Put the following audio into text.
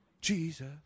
Jesus